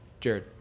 Jared